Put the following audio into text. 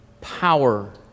power